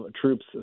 troops